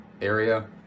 area